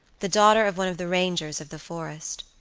the daughter of one of the rangers of the forest.